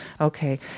Okay